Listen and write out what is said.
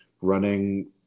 running